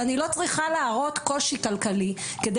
ואני לא צריכה להראות קושי כלכלי כדי